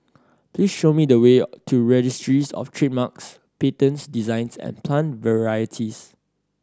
please show me the way to Registries Of Trademarks Patents Designs and Plant Varieties